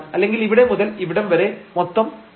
1 അല്ലെങ്കിൽ ഇവിടെ മുതൽ ഇവിടം വരെ മൊത്തം h 0